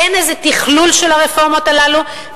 אין איזה תכלול של הרפורמות הללו,